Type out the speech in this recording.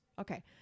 Okay